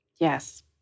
Yes